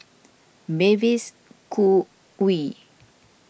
Mavis Khoo Oei